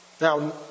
Now